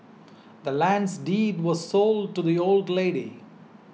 the land's deed was sold to the old lady